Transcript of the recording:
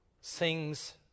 sings